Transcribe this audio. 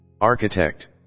architect